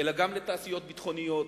אלא גם לתעשיות ביטחוניות,